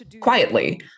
quietly